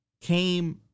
came